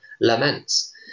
laments